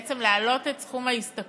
בעצם להעלות את סכום ההשתכרות